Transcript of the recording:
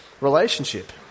relationship